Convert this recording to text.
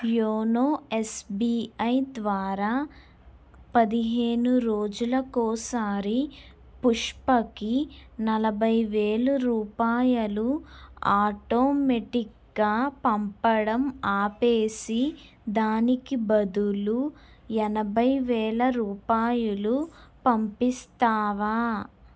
YONO SBI ద్వారా పదిహేను రోజులకోసారి పుష్పకి నలభై వేలు రూపాయలు ఆటోమేటిక్గా పంపడం ఆపేసి దానికి బదులు ఎనభై వేల రూపాయలు పంపిస్తావా